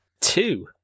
Two